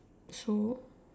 so